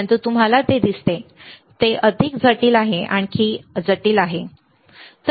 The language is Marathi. परंतु तुम्हाला हे बरोबर दिसते ते अधिक जटिल आहे आणखी जटिल आहे